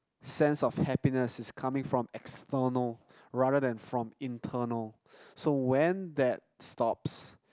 sense of happiness is coming from external rather than from internal so when that stops